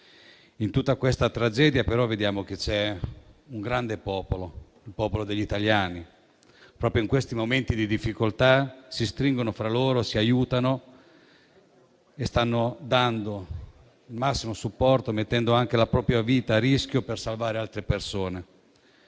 In tutta questa tragedia però vediamo che c'è un grande popolo, gli italiani, che proprio in questi momenti di difficoltà si stringono fra loro, si aiutano e stanno dando il massimo supporto, mettendo anche la propria vita a rischio per salvare altre persone.